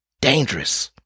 Dangerous